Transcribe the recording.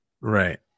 Right